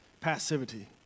passivity